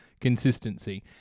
Consistency